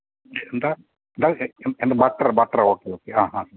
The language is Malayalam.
എന്താ എന്താ ബട്ടറ് ബട്ടറ് ഓക്കെ ഓക്കെ ആ ആ